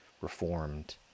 Reformed